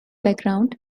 background